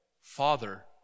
Father